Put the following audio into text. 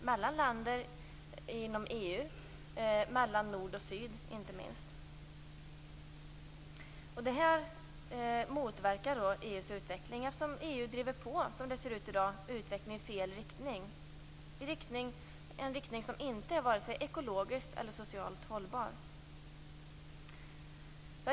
Det är fråga om mellan länder inom EU och inte minst mellan nord och syd. Detta motverkar utvecklingen inom EU. EU driver utvecklingen i fel riktning - en riktning som inte är vare sig ekologiskt eller socialt hållbar.